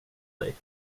dig